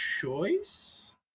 choice